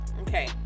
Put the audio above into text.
Okay